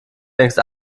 längst